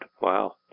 Wow